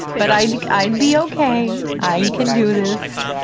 but i'd i'd be okay. i can do this.